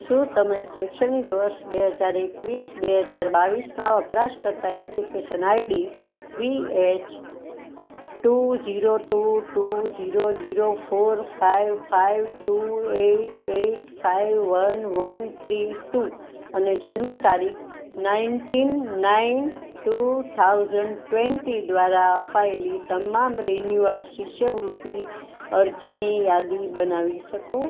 શું તમે શૈક્ષણિક વર્ષ બે હજાર એકવીસ બે હજાર બાવીસમાં વપરાશકર્તા application ID V H two zero two two zero zero four five five two eight eight five one one three two અને જન્મ તારીખ nineteen nine two thousand twenty દ્વારા અપાયેલી તમામ રિન્યુઅલ શિષ્યવૃતિ અરજીની યાદી બનાવી શકો